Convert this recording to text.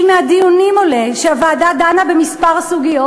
כי מהדיונים עולה שהוועדה דנה בכמה סוגיות,